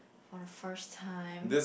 for the first time